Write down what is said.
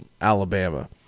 Alabama